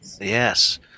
Yes